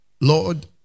Lord